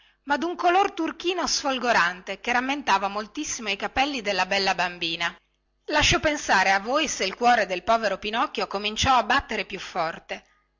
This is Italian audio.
ma dun color turchino sfolgorante che rammentava moltissimo i capelli della bella bambina lascio pensare a voi se il cuore del povero pinocchio cominciò a battere più forte